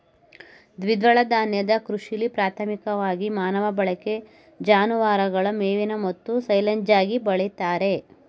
ದ್ವಿದಳ ಧಾನ್ಯನ ಕೃಷಿಲಿ ಪ್ರಾಥಮಿಕವಾಗಿ ಮಾನವ ಬಳಕೆ ಜಾನುವಾರುಗಳ ಮೇವಿಗೆ ಮತ್ತು ಸೈಲೆಜ್ಗಾಗಿ ಬೆಳಿತಾರೆ